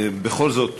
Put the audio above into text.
בכל זאת